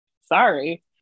sorry